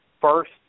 first